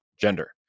gender